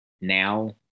now